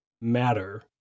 matter